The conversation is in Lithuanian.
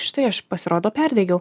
štai aš pasirodo perdegiau